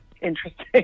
interesting